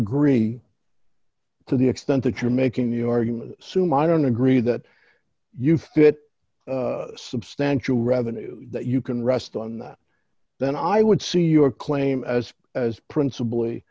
agree to the extent that you're making the argument sue mine and agree that you fit substantial revenue that you can rest on that then i would see your claim as as princip